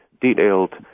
detailed